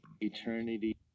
Eternity